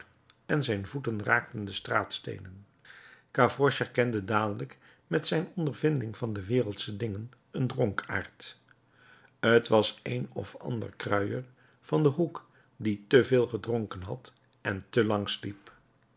en zijn voeten raakten de straatsteenen gavroche herkende dadelijk met zijn ondervinding van de wereldsche dingen een dronkaard t was een of ander kruier van den hoek die te veel gedronken had en te lang sliep